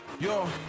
yo